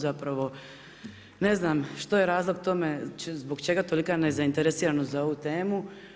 Zapravo ne znam što je razlog tome, zbog čega tolika nezainteresiranost za ovu temu.